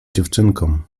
dziewczynkom